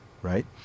Right